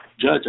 Judge